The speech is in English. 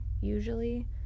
usually